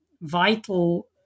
vital